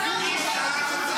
מי שאל אותך?